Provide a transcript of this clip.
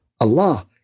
Allah